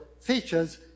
features